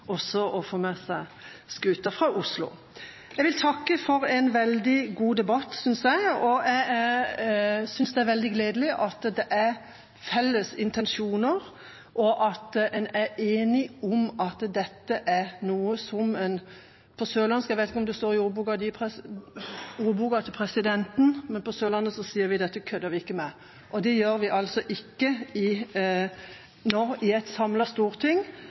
også å få med seg skuta fra Oslo. Jeg vil takke for en veldig god debatt. Jeg synes det er veldig gledelig at det er felles intensjoner, og at en er enige om at dette er noe som – jeg vet ikke om det står i ordboka til presidenten, men på Sørlandet sier vi at dette kødder vi ikke med, og det gjør vi altså ikke nå i et samlet storting.